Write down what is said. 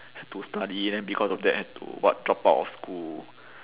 have to study then because of that have to what drop out of school